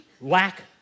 lack